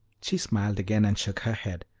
she smiled again and shook her head.